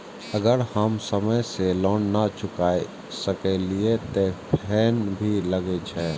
अगर हम समय से लोन ना चुकाए सकलिए ते फैन भी लगे छै?